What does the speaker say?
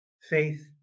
Faith